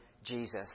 Jesus